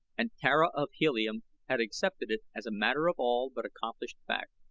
and tara of helium had accepted it as a matter of all but accomplished fact.